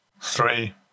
Three